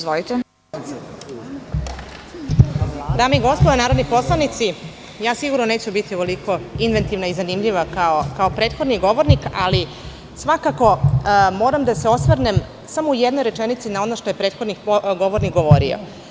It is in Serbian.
Dame i gospodo narodni poslanici, sigurno neću biti ovoliko inventivna i zanimljiva kao prethodni govornik, ali svakako moram da se osvrnem u jednoj rečenici na ono što je prethodni govornik govorio.